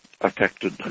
affected